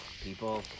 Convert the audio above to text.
people